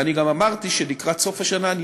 ואני גם אמרתי שלקראת סוף השנה אני